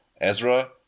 Ezra